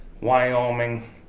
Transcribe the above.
Wyoming